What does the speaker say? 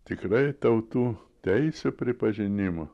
tikrai tautų teisių pripažinimo